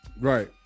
Right